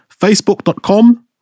facebook.com